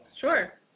Sure